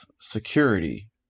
security